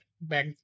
back